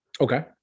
Okay